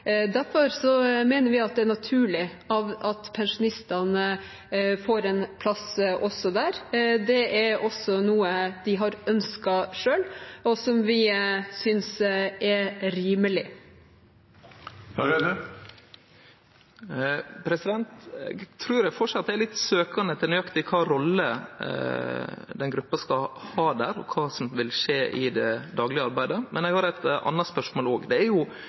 mener vi det er naturlig at pensjonistene får en plass også der. Det er også noe de har ønsket selv, og som vi synes er rimelig. Eg trur eg framleis er litt søkjande etter nøyaktig kva rolle den gruppa skal ha der, og kva som vil skje i det daglege arbeidet. Men eg har eit anna spørsmål.